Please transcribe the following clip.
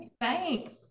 Thanks